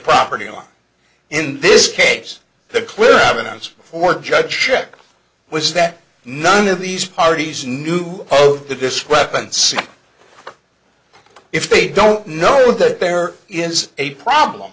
property line in this case the clear evidence for judge shook was that none of these parties knew both the discrepancy if they don't know that there is a problem